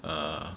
ugh